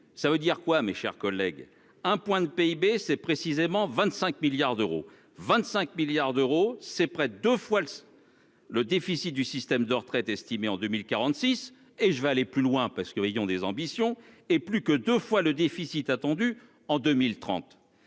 Ça veut dire quoi. Mes chers collègues. Un point de PIB, c'est précisément 25 milliards d'euros, 25 milliards d'euros, c'est près de fois. Le déficit du système de retraite estimait en 2046 et je vais aller plus loin parce que ayant des ambitions et plus que deux fois le déficit attendu en 2030,